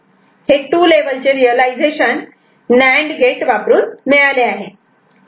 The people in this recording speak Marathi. हे टू लेव्हलचे रियलायझेशन नांड गेट वापरून मिळाले आहे